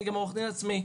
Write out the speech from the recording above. אני עורך דין עצמאי.